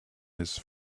his